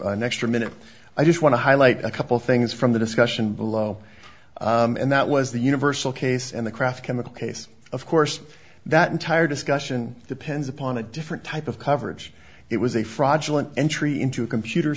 an extra minute i just want to highlight a couple things from the discussion below and that was the universal case and the craft chemical case of course that entire discussion depends upon a different type of coverage it was a fraudulent entry into a computer